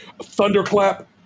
Thunderclap